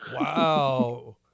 Wow